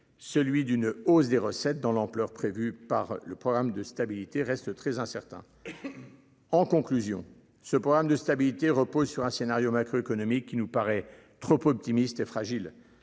celui d'une hausse des recettes dans l'ampleur prévues par le programme de stabilité reste très incertain. En conclusion, ce programme de stabilité repose sur un scénario macroéconomique qui nous paraît trop optimiste et fragile